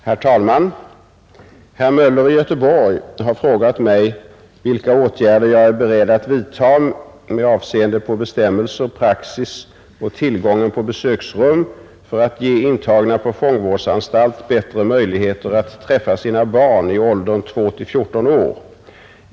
Herr talman! Herr Möller i Göteborg har frågat mig vilka åtgärder jag är beredd att vidtaga med avseende på bestämmelser, praxis och tillgången på besöksrum för att ge intagna på fångvårdsanstalt bättre möjligheter att träffa sina barn i åldern 2—14 år.